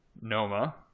Noma